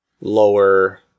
lower